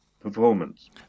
Performance